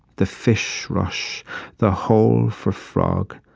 the fish rush the hole for frog,